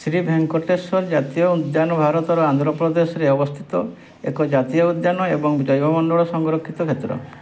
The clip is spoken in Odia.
ଶ୍ରୀ ଭେଙ୍କଟେଶ୍ୱର ଜାତୀୟ ଉଦ୍ୟାନ ଭାରତର ଆନ୍ଧ୍ର ପ୍ରଦେଶରେ ଅବସ୍ଥିତ ଏକ ଜାତୀୟ ଉଦ୍ୟାନ ଏବଂ ଜୈବମଣ୍ଡଳ ସଂରକ୍ଷିତ କ୍ଷେତ୍ର